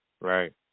Right